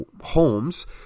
homes